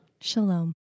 Shalom